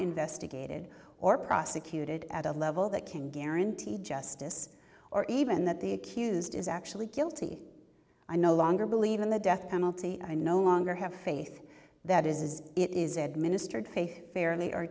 investigated or prosecuted at a level that can guarantee justice or even that the accused is actually guilty i no longer believe in the death penalty i no longer have faith that is it is administered fairly